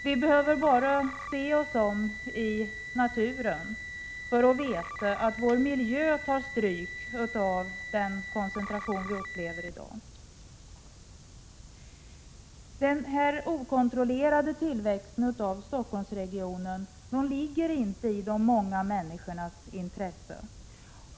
Vi behöver bara se oss om i naturen för att inse att vår miljö tar stryk av den koncentration vi upplever i dag. Denna okontrollerade tillväxt av Stockholmsregionen ligger inte i de många människornas intresse.